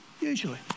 Usually